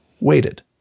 waited